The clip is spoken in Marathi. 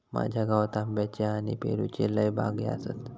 माझ्या गावात आंब्याच्ये आणि पेरूच्ये लय बागो आसत